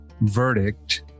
verdict